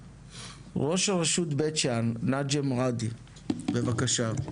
ראש הרשות בית שאן, נג'ם ראדי, בבקשה.